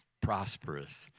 prosperous